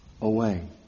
away